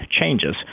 changes